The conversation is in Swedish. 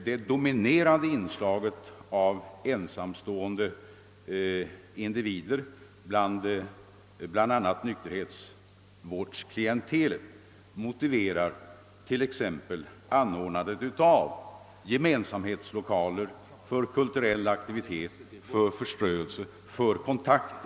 Det dominerande inslaget av ensamstående individer i bl.a. nykterhetsvårdsklientelet motiverar t.ex. anordnandet av gemensamhetslokaler för kulturella aktiviteter samt för förströelse och kontakter.